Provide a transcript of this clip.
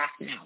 now